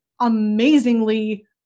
amazingly